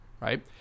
right